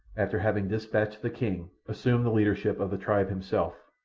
after having dispatched the king, assume the leadership of the tribe himself,